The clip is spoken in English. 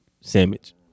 sandwich